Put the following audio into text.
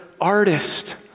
artist